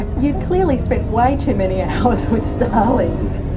you've clearly spent way too many hours with starlings!